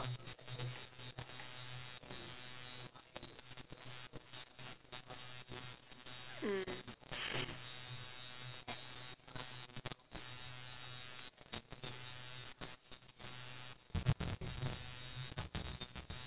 mm